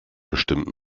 bestimmt